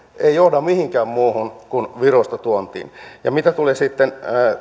ei johda mihinkään muuhun kuin virosta tuontiin ja mitä tulee sitten